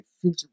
future